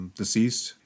deceased